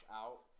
out